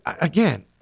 again